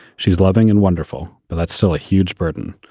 she's loving and wonderful. but that's still a huge burden.